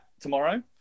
tomorrow